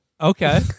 Okay